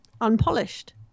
unpolished